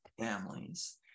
families